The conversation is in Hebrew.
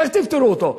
איך תפתרו אותו?